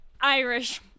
Irish